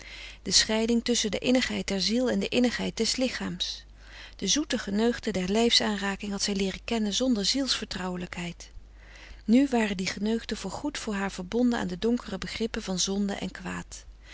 de scheiding tusschen de innigheid der ziel en de innigheid des lichaams de zoete geneuchten der lijfs aanraking had zij leeren kennen zonder zielsvertrouwelijkheid nu waren die geneuchten voor goed voor haar verbonden aan de donkere begrippen van zonde en kwaad